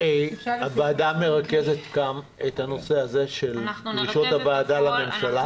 הוועדה מרכזת גם את הנושא הזה של דרישות הוועדה לממשלה?